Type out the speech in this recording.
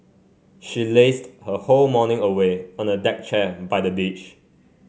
she lazed her whole morning away on a deck chair by the beach